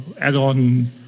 add-on